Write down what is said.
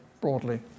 broadly